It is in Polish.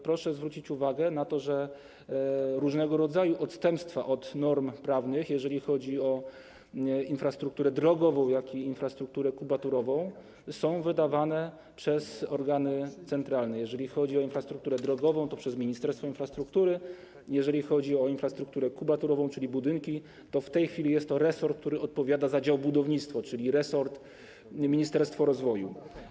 Proszę zwrócić uwagę na to, że różnego rodzaju odstępstwa od norm prawnych, jeżeli chodzi o infrastrukturę drogową, jak i infrastrukturę kubaturową, są wydawane przez organy centralne: jeżeli chodzi o infrastrukturę drogową, to przez Ministerstwo Infrastruktury, a jeżeli chodzi o infrastrukturę kubaturową, czyli budynki, to w tej chwili jest to resort, który odpowiada za dział: budownictwo, czyli ministerstwo rozwoju.